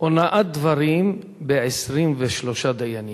אונאת דברים ב-23 דיינים.